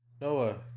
Noah